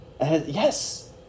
Yes